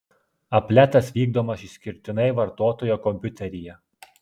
apletas vykdomas išskirtinai vartotojo kompiuteryje